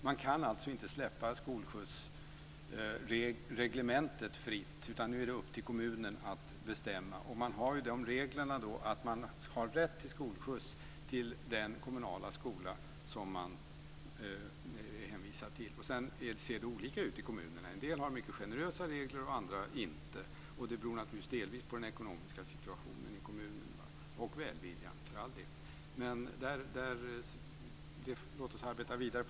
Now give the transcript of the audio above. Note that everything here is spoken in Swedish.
Man kan alltså inte släppa skolskjutsreglementet fritt. Nu är det upp till kommunerna att bestämma. Man har rätt till skolskjuts till den kommunala skola som man är hänvisad till. Sedan ser det olika ut i olika kommuner. En del har mycket generösa regler medan andra inte har det. Det beror naturligtvis delvis på den ekonomiska situationen i kommunen och för all del på välviljan.